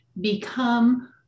become